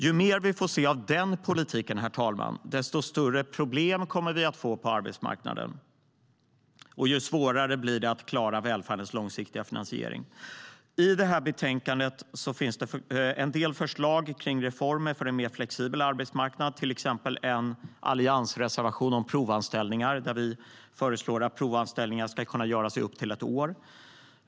Ju mer vi får se av den politiken, desto större problem kommer vi att få på arbetsmarknaden och desto svårare kommer det att bli att klara välfärdens långsiktiga finansiering. I detta betänkande finns det en del förslag om reformer för en mer flexibel arbetsmarknad, till exempel en alliansreservation om provanställning där vi föreslår att provanställningar ska kunna pågå upp till ett år.